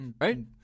right